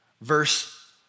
Verse